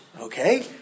Okay